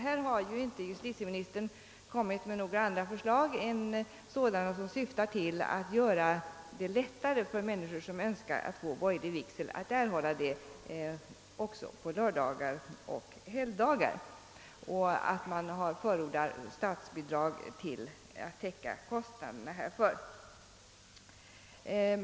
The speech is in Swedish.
Här har inte justitieministern kommit med några andra förslag än sådana som syftar till att söra det lättare för de människor som Önskar erhålla borgerlig vigsel att få Ssadan också på lördagar och helgdagar, Samtidigt som han förordar statsbidrag för att täcka kostnaderna härför.